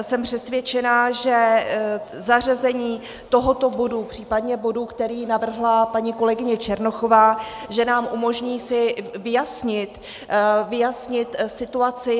Jsem přesvědčena, že zařazení tohoto bodu, případně bodu, který navrhla paní kolegyně Černochová, nám umožní si vyjasnit situaci.